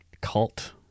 cult